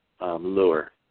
lure